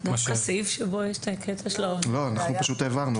אנחנו פשוט העברנו אותו.